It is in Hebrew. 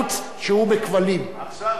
עכשיו זה ערוץ ממשלתי.